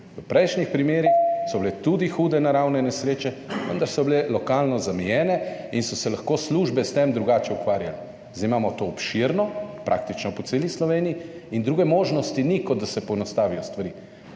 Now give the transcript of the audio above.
V prejšnjih primerih so bile tudi hude naravne nesreče, vendar so bile lokalno zamejene in so se lahko službe s tem drugače ukvarjali. Zdaj imamo to obširno, praktično po celi Sloveniji in druge možnosti ni, kot da se poenostavijo stvari.